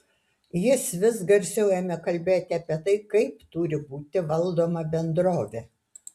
jis vis garsiau ėmė kalbėti apie tai kaip turi būti valdoma bendrovė